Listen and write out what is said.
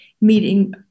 meeting